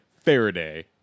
Faraday